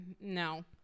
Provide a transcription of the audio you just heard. no